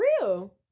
real